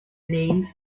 names